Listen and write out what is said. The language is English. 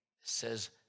says